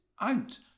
out